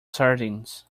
sardines